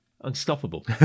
Unstoppable